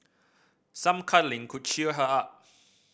some cuddling could cheer her up